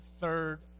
third